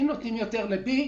אם נותנים יותר למישהו,